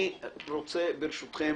ברשותכם,